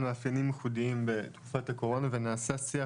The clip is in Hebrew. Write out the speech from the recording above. מאפיינים ייחודיים בתקופת הקורונה ונעשה שיח.